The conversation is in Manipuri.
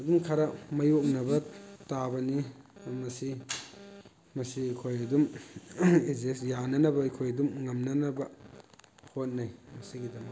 ꯑꯗꯨꯝ ꯈꯔ ꯃꯥꯌꯣꯛꯅꯕ ꯇꯥꯕꯅꯤ ꯃꯁꯤ ꯃꯁꯤ ꯑꯩꯈꯣꯏꯗꯤ ꯑꯗꯨꯝ ꯑꯠꯖꯁ ꯌꯥꯅꯅꯕ ꯑꯩꯈꯣꯏ ꯑꯗꯨꯝ ꯉꯝꯅꯅꯕ ꯍꯣꯠꯅꯩ ꯃꯁꯤꯒꯤꯗꯃꯛꯇ